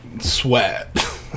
sweat